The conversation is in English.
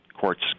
courts